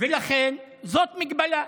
ולכן זאת מגבלה.